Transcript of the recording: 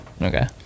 Okay